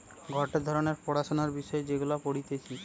গটে ধরণের পড়াশোনার বিষয় যেগুলা পড়তিছে